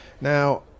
Now